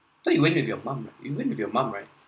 thought you went with your mum right you went with your mum right